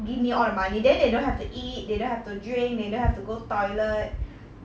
give me all the money then they don't have to eat they don't have to drink they don't have to go toilet